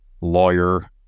lawyer